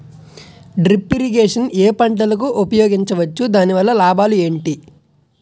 Drip irrigation ఏ పంటలకు ఉపయోగించవచ్చు? దాని వల్ల లాభాలు ఏంటి?